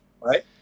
Right